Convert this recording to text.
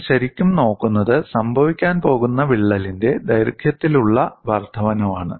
നമ്മൾ ശരിക്കും നോക്കുന്നത് സംഭവിക്കാൻ പോകുന്ന വിള്ളലിന്റെ ദൈർഘ്യത്തിലുള്ള വർദ്ധനവാണ്